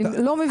אני לא מבינה.